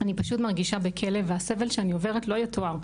אני פשוט מרגישה בכלא והסבל שאני עוברת לא יתואר.